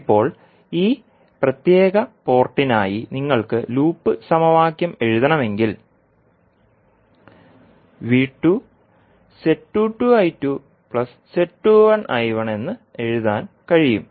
ഇപ്പോൾ ഈ പ്രത്യേക പോർട്ടിനായി നിങ്ങൾക്ക് ലൂപ്പ് സമവാക്യം എഴുതണമെങ്കിൽ എന്ന് എഴുതാൻ കഴിയും